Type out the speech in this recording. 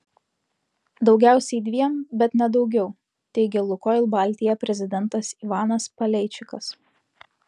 daugiausiai dviem bet ne daugiau teigė lukoil baltija prezidentas ivanas paleičikas